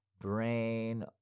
brain